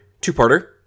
two-parter